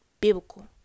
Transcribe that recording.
biblical